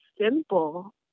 simple